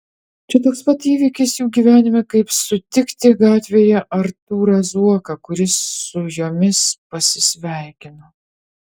čia toks pat įvykis jų gyvenime kaip sutikti gatvėje artūrą zuoką kuris su jomis pasisveikina